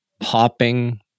popping